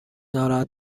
ناراحت